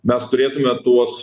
mes turėtume tuos